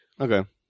Okay